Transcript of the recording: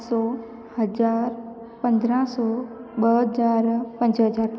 सौ हज़ार पंद्रहं सौ ॿ हज़ार पंज हज़ार